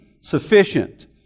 sufficient